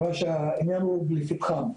בגלל שהעניין הוא לפתחם.